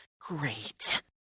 Great